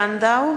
(קוראת בשמות חברי הכנסת) עוזי לנדאו,